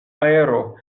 aero